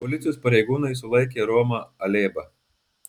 policijos pareigūnai sulaikė romą alėbą